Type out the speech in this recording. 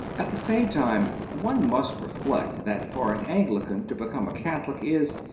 at the same time one must reflect that for an anglican to become a catholic is,